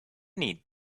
need